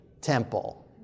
temple